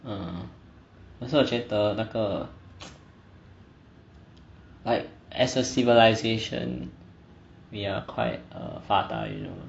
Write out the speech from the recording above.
err 可是我觉得那个 like as a civilization we are quite err 发达 you know